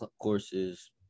courses